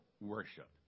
worship